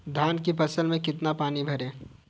धान की फसल में कितना पानी भरें?